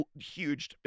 huge